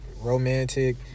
romantic